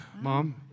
Mom